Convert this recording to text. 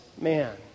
man